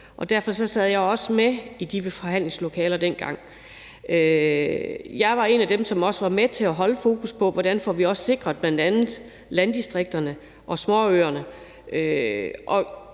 derfor sad jeg også med i forhandlingslokalet dengang. Jeg var en af dem, som også var med til at holde fokus på, hvordan vi bl.a. får sikret landdistrikterne og småøerne,